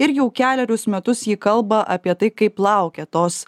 ir jau kelerius metus ji kalba apie tai kaip laukia tos